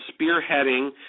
spearheading